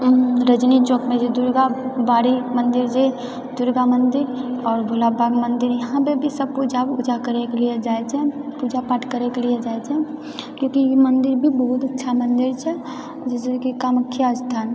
रजनी चौकमे जे दुर्गाबाड़ी मंदिर छै दुर्गा मंदिर और भोला बाबाके मंदिर यहाँ पे भी सबकोइ पूजा करएके लिए जाइत छै पूजापाठ करैके लिए जाइत छै क्योकि मंदिर भी बहुत अच्छा मंदिर छै जैसे कि कामख्या स्थान